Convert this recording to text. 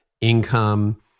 income